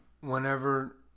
Whenever